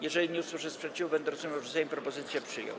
Jeżeli nie usłyszę sprzeciwu, będę rozumiał, że Sejm propozycję przyjął.